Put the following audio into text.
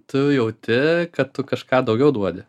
tu jauti kad tu kažką daugiau duodi